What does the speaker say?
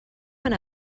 anar